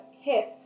hip